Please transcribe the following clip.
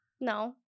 No